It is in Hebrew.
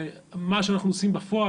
מה שאנחנו עושים בפועל,